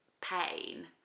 pain